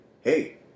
hey